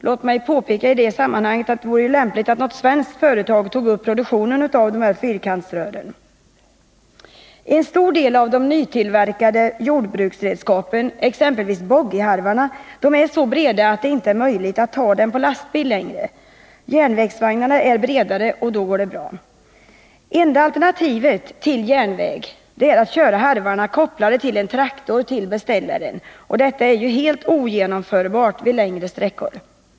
Låt mig i detta sammanhang påpeka att det vore lämpligt att något svenskt företag tog upp en produktion av sådana här fyrkantsrör. En stor del av de nytillverkade jordbruksredskapen, exempelvis boggieharvarna, är så breda att det inte är möjligt att frakta dem på lastbil. Järnvägsvagnarna är bredare, så där går det bra. Enda alternativet till järnvägstransport är att till beställaren köra harvarna kopplade till en traktor — och detta är ju helt ogenomförbart vid längre sträckor.